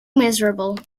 miserable